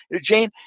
Jane